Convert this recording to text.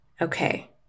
Okay